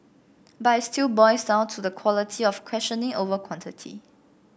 but it still boils down to the quality of questioning over quantity